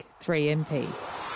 3mp